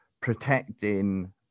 protecting